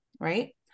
right